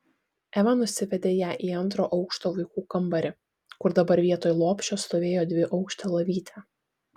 eva nusivedė ją į antro aukšto vaikų kambarį kur dabar vietoj lopšio stovėjo dviaukštė lovytė